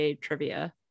trivia